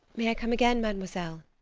may i come again, mademoiselle?